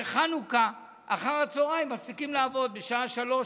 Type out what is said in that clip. שבחנוכה בכנסת